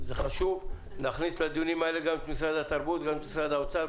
זה חשוב להכניס לדיונים האלה גם את משרד התרבות ואת משרד האוצר.